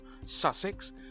Sussex